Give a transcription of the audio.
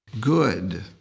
good